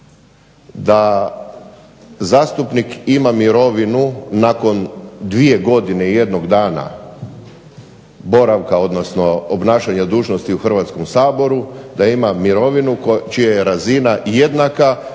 da zastupnik ima mirovinu nakon 2 godine i 1 dana boravka, odnosno obnašanja dužnosti u Hrvatskom saboru da ima mirovinu čija je razina jednaka